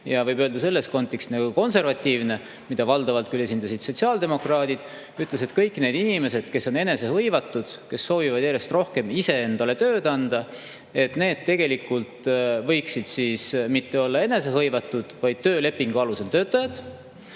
ja, võib öelda, selles kontekstis konservatiivne, mida valdavalt küll on esindanud sotsiaaldemokraadid. Nemad ütlevad, et kõik need inimesed, kes on enesehõivatud, kes soovivad järjest rohkem iseendale tööd anda, võiksid tegelikult olla mitte enesehõivatud, vaid töölepingu alusel töötajad.